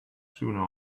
sooner